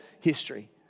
history